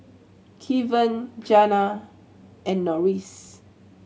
Keven Janna and Norris